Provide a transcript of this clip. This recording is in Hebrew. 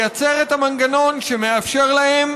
לייצר את המנגנון שמאפשר להם